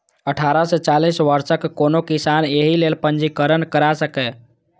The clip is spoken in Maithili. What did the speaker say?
अठारह सं चालीस वर्षक कोनो किसान एहि लेल पंजीकरण करा सकैए